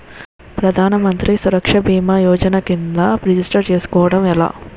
ప్రధాన మంత్రి సురక్ష భీమా యోజన కిందా రిజిస్టర్ చేసుకోవటం ఎలా?